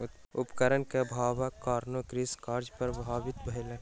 उपकरण के अभावक कारणेँ कृषि कार्य प्रभावित भेल